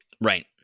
Right